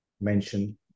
mention